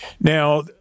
Now